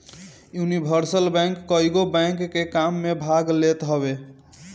universal bank कईगो bank के काम में भाग लेत हवे